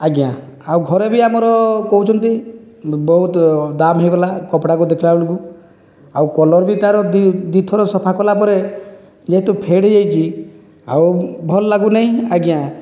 ଆଜ୍ଞା ଆଉ ଘରେ ବି ଆମର କହୁଛନ୍ତି ବହୁତ ଦାମ୍ ହୋଇଗଲା କପଡ଼ାକୁ ଦେଖିଲାବେଳକୁ ଆଉ କଲର ବି ତା'ର ଦୁଇ ଦୁଇ ଥର ସଫା କଲା ପରେ ଯେହେତୁ ଫେଡ଼୍ ହୋଇଯାଇଛି ଆଉ ଭଲଲାଗୁନାହିଁ ଆଜ୍ଞା